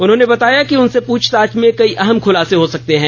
उन्होंने बताया कि उनसे प्रछताछ में कई अहम खुलासे हो सकते हैं